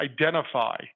identify